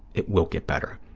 it will get better.